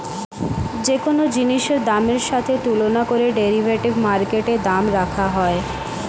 যে কোন জিনিসের দামের সাথে তুলনা করে ডেরিভেটিভ মার্কেটে দাম রাখা হয়